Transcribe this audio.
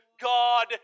God